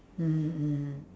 mmhmm mmhmm